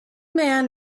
man